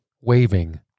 waving